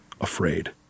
afraid